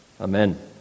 Amen